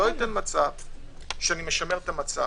לא אשמר את המצב.